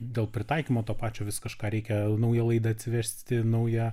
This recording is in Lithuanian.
dėl pritaikymo to pačio vis kažką reikia naują laidą atversti naują